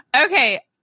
Okay